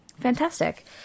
Fantastic